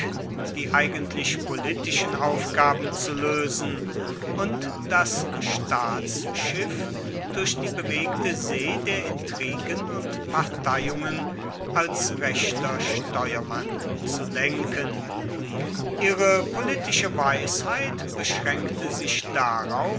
die eigentlich politischen aufgaben zu lösen und das staatsschiff durch die bewegte see der intrigen und parteiungen als rechter steuermann zu lenken ihre politische weisheit beschränkte sich darauf